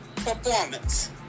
performance